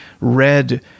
read